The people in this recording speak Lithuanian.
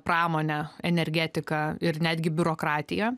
pramonę energetiką ir netgi biurokratiją